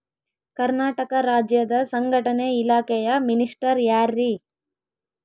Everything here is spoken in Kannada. ಕರ್ನಾಟಕ ರಾಜ್ಯದ ಸಂಘಟನೆ ಇಲಾಖೆಯ ಮಿನಿಸ್ಟರ್ ಯಾರ್ರಿ?